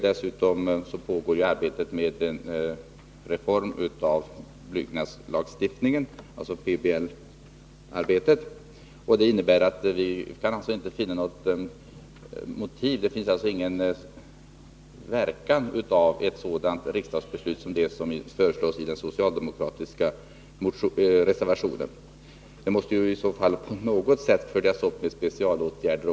Dessutom pågår arbetet med en reform av byggnadslagstiftningen — dvs. PBL-arbetet. Det innebär att vi inte kan finna något motiv för ett sådant riksdagsbeslut som det som föreslås i den socialdemokratiska reservationen. Det får alltså ingen verkan. Det måste i så fall på något sätt följas upp med specialåtgärder.